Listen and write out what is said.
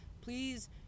Please